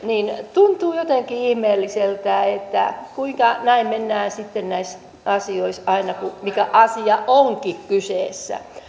tuntuu jotenkin ihmeelliseltä että kuinka näin mennään sitten näissä asioissa aina mikä asia onkin kyseessä